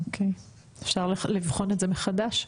אוקיי, אפשר לבחון את זה מחדש?